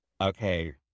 Okay